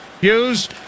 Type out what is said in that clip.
Hughes